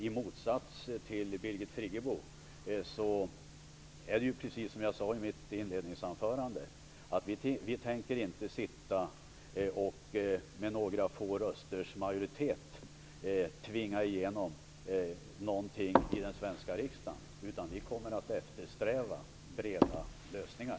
I motsats till Birgit Friggebo tänker inte vi, precis som jag sade i mitt inledningsanförande, med några få rösters majoritet tvinga igenom någonting i den svenska riksdagen, utan vi kommer att eftersträva breda lösningar.